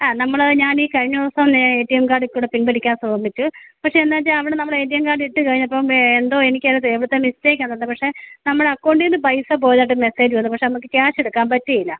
ആ നമ്മൾ ഞാനീ കഴിഞ്ഞ ദിവസം എ ടി എം കാർഡിക്കൂടെ പിൻവലിക്കാൻ ശ്രമിച്ചു പക്ഷേ എന്താച്ചാൽ അവിടെ നമ്മൾ എ ടി എം കാർഡ് ഇട്ട് കഴിഞ്ഞപ്പം എന്തോ എനിക്ക് അത് എവിടുത്തെ മിസ്റ്റേക്കാന്ന് അറിഞ്ഞില്ല പക്ഷേ നമ്മുടെ അക്കോണ്ടീന്ന് പൈസ പോയതായിട്ട് ഒരു മെസേജ് വന്നു പക്ഷേ നമുക്ക് ക്യാഷെടുക്കാൻ പറ്റിയില്ല